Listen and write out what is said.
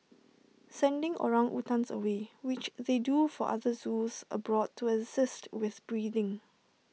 sending orangutans away which they do for other zoos abroad to assist with breeding